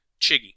Chiggy